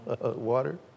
water